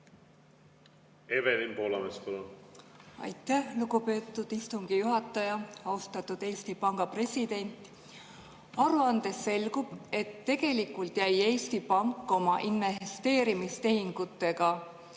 Evelin Poolamets, palun! Aitäh, lugupeetud istungi juhataja! Austatud Eesti Panga president! Aruandest selgub, et tegelikult jäi Eesti Pank oma investeerimistehingutega